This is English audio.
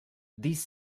these